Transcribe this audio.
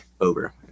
over